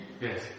Yes